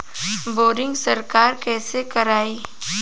Boring सरकार कईसे करायी?